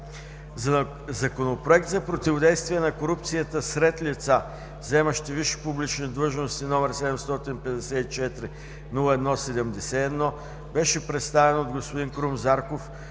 Законопроектът за противодействие на корупцията сред лица, заемащи висши публични длъжности, № 754-01-71, беше представен от господин Крум Зарков,